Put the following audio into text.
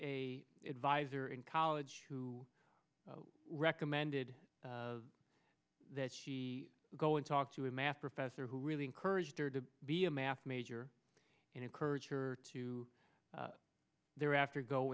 a advisor in college who recommended that she go and talk to a math professor who really encouraged her to be a math major and encourage her to thereafter go